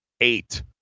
eight